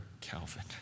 Calvin